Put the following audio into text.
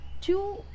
two